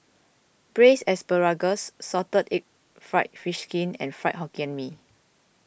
Braised Asparagus Salted Egg Fried Fish Skin and Fried Hokkien Mee